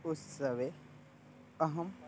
उत्सवे अहम्